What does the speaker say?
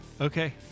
okay